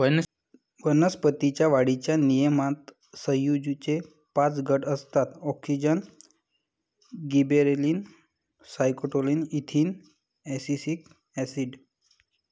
वनस्पतीं च्या वाढीच्या नियमनात संयुगेचे पाच गट असतातः auxin, gibberellin, cytokinin, ethylene, abscisic acid